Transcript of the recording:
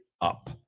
up